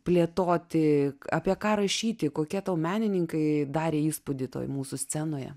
plėtoti apie ką rašyti kokie tau menininkai darė įspūdį toj mūsų scenoje